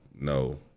no